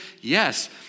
Yes